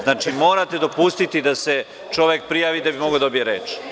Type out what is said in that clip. Znači, morate dopustiti da se čovek prijavi da bi mogao da dobije reč.